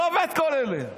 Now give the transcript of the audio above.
עזוב את כל אלה.